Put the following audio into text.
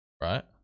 right